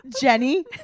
Jenny